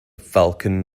falcon